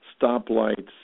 stoplights